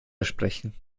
sprechen